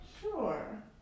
sure